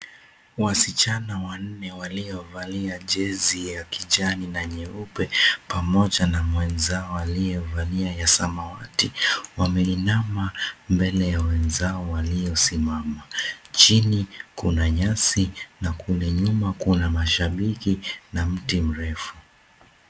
Wasichana wanne waliovalia jezi ya kijani na nyeupe pamoja na mwenzao aliyevalia ya samawati wameinama mbele ya wenzao waliosimama, chini kuna nyasi na mashabiki na miti mrefu.